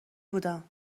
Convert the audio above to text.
بودم